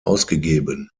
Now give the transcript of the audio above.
ausgegeben